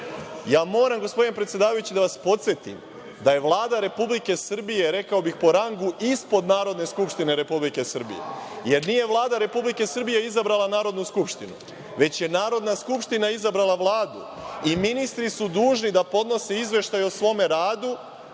gospodine predsedavajući da vas podsetim, da je Vlada Republike Srbije, rekao bih po rangu ispod Narodne skupštine Republike Srbije, jer nije Vlada Republike Srbije izabrala Narodnu skupštinu, već je Narodna skupština izabrala Vladu i ministru su dužni da podnose izveštaje o svome radu,